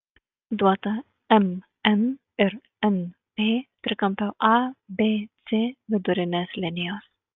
duota mn ir np trikampio abc vidurinės linijos